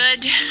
good